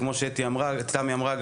כמו שתמי אמרה,